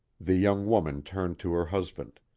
the young woman turned to her husband.